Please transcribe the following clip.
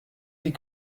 die